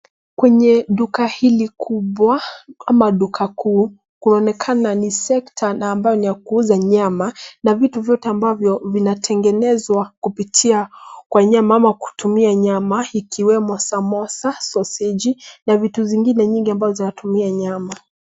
Kwenye duka hili kubwa ama duka kuu, kwaonekana ni sekta na ambayo ni ya kuuza nyama na vitu vyote ambavyo vinatengenezwa kupitia kwa nyama ama kutumia nyama ikiwemo samosa, sausage na vitu zingine nyingi ambazo zinatumia nyama.